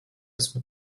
esmu